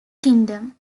kingdom